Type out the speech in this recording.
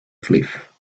cliff